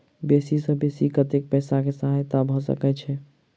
बेसी सऽ बेसी कतै पैसा केँ सहायता भऽ सकय छै?